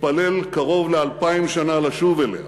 התפלל קרוב לאלפיים שנה לשוב אליה